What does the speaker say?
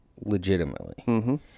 legitimately